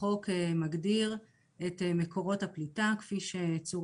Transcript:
החוק מגדיר את מקורות הפליטה כפי שצור